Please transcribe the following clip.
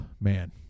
man